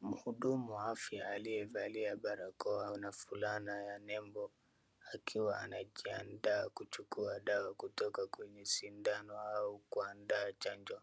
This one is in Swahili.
Mhudumu wa afya aliyevalia barakoa na fulana ya nembo akiwa anajiandaa kuchukua dawa kutoka kwenye sindano au kuandaa chanjo.